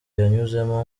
yanyuzemo